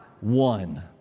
One